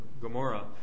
*Gomorrah*